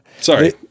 Sorry